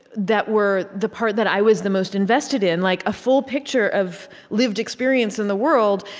that were the part that i was the most invested in like a full picture of lived experience in the world,